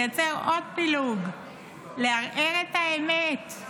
לייצר עוד פילוג, לערער את האמת.